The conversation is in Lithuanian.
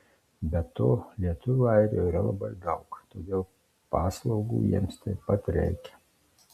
be to lietuvių airijoje yra labai daug todėl paslaugų jiems taip pat reikia